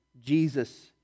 Jesus